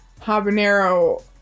habanero